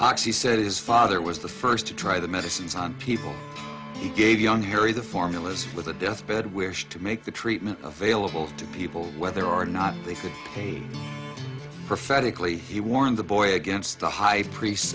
cox he said his father was the first to try the medicines on people he gave young harry the formulas for the deathbed wish to make the treatment available to people whether or not they feel pain prophetically he warned the boy against the high priest